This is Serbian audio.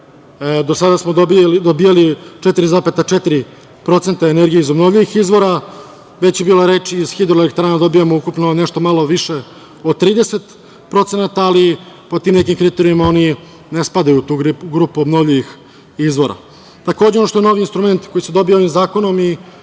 do sada smo dobijali 4,4% energije iz obnovljivih izvora, već je bilo reči iz hidroelektrana dobijamo ukupno nešto malo više od 30%, ali po tim nekim kriterijumima oni ne spadaju u tu grupu obnovljivih izvora. Takođe, ono što je novi instrument, koji se dobija ovim zakonom i